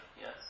Yes